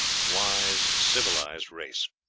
wise, civilized race.